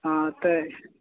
हँ तऽ